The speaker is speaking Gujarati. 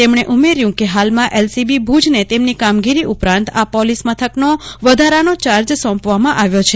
તેમને ઉમેર્યું કે ફાલમાં એલસીબી ભુજ ને તેમની કામગીરી ઉપરાંત આ પોલીસ મથકનો વધારાનો સોંપવામાં આવ્યો છે